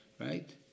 right